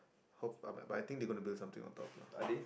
hope but but I think they gonna build something on top lah